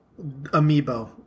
Amiibo